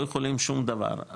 לא יכולים שום דבר,